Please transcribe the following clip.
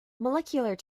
molecular